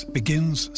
begins